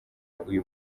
uyu